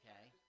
okay